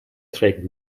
trägt